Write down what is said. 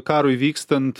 karui vykstant